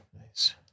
nice